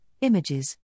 Images